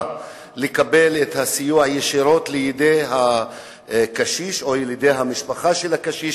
לקבל את הסיוע ישירות לידי הקשיש או לידי המשפחה של הקשיש,